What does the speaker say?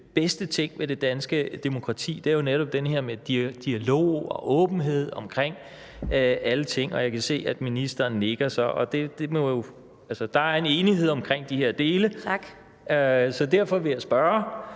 de bedste ting ved det danske demokrati er jo netop det her med dialog og åbenhed omkring alle ting, og jeg kan se, at ministeren nikker. Altså, der er en enighed i forhold de her dele. Så derfor vil jeg spørge: